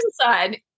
aside